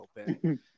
open